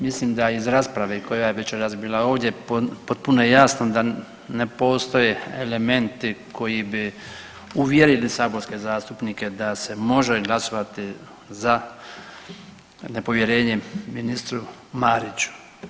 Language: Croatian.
Mislim da iz rasprave koja je večeras bila ovdje potpuno je jasno da ne postoje elementi koji bi uvjerili saborske zastupnike da se može glasovati za nepovjerenje ministru Mariću.